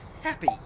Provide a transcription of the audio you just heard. happy